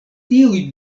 tiuj